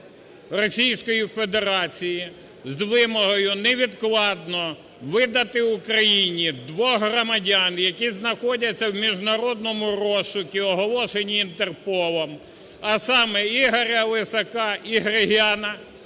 Російської Федерації з вимогою невідкладно видати Україні двох громадян, які знаходяться в міжнародному розшуку, оголошені Інтерполом. А саме: Ігоря Лисака і Григоряна,